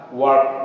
work